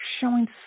showing